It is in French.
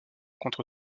contre